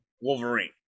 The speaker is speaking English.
Wolverine